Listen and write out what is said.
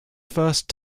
first